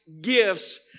gifts